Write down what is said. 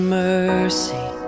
mercy